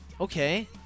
Okay